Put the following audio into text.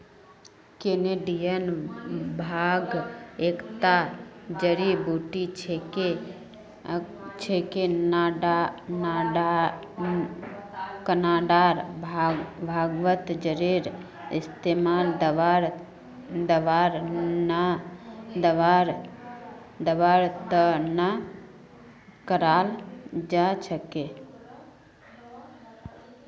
Canadian भांग एकता जड़ी बूटी छिके कनाडार भांगत जरेर इस्तमाल दवार त न कराल जा छेक